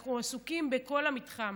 אנחנו עסוקים בכל המתחם: